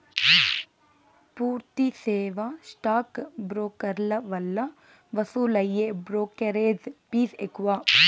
పూర్తి సేవా స్టాక్ బ్రోకర్ల వల్ల వసూలయ్యే బ్రోకెరేజ్ ఫీజ్ ఎక్కువ